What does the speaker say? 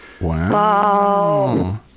Wow